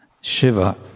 Shiva